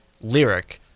lyric